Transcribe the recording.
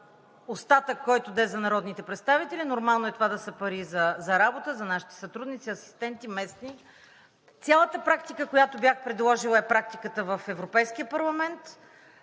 остатък, който да е за народните представители. Нормално е това да са пари за работа за нашите сътрудници, асистенти – местни. Цялата практика, която бях предложила, е практиката в Европейския парламент.